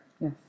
Yes